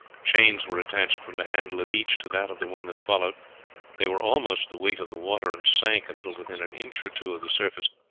chains were attached from the handle of each to that of the one that followed they were almost the weight of the water and sank until within an inch-or two of the surface.